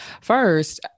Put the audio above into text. first